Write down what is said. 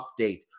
update